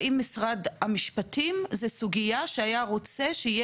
האם משרד המשפטים היה רוצה שבסוגיה כזאת